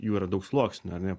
jų yra daug sluoksnių ar ne